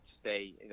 stay